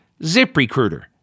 ZipRecruiter